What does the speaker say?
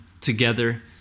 together